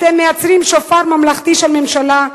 אתם מייצרים שופר ממלכתי של הממשלה.